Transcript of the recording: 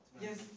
Yes